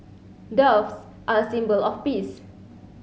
doves are a symbol of peace